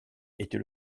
était